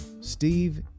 Steve